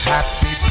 Happy